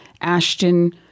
Ashton